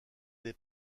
des